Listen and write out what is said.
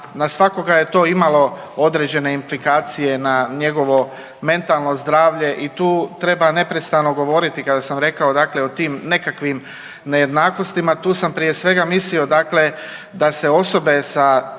Na svakoga je to imalo određene implikacije na njegovo mentalno zdravlje i tu treba neprestano govoriti kada sam rekao o tim nekakvim nejednakostima. Tu sam prije svega mislio, dakle da se osobe sa